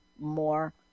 more